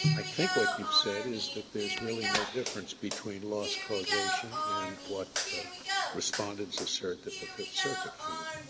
i think what you've said is that there's really no difference between loss causation and what respondents assert that the fifth circuit found.